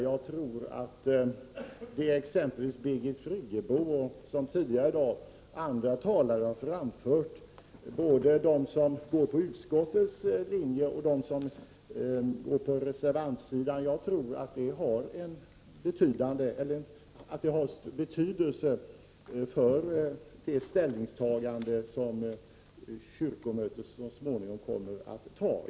Jag tror att det som Birgit Friggebo talar om och som andra talare har anfört, både de som följer utskottets linje och de som är på reservantsidan, har betydelse för det ställningstagande som kyrkomötet så småningom kommer att göra.